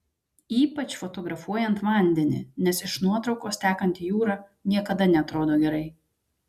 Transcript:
ypač fotografuojant vandenį nes iš nuotraukos tekanti jūra niekada neatrodo gerai